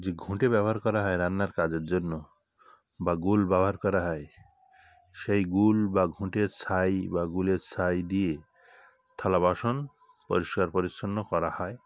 যে ঘুঁটে ব্যবহার করা হয় রান্নার কাজের জন্য বা গুল ব্যবহার করা হয় সেই গুল বা ঘুঁটের ছাই বা গুলের ছাই দিয়ে থালা বাসন পরিষ্কার পরিচ্ছন্ন করা হয়